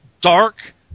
dark